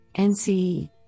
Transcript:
NCE